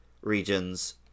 regions